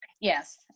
yes